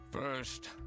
First